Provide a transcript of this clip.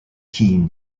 keen